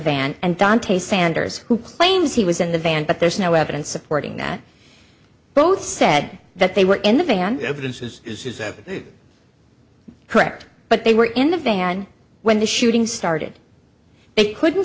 van and dante sanders who claims he was in the van but there's no evidence supporting that both said that they were in the fan evidence is that correct but they were in the van when the shooting started they couldn't